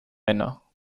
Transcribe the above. männer